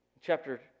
Chapter